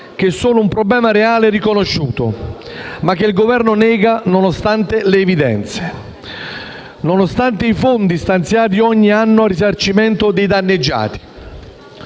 che sono un problema reale e riconosciuto, ma che il Governo nega, nonostante le evidenze e nonostante i fondi stanziati ogni anno a risarcimento dei danneggiati,